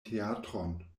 teatron